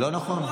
לא נכון.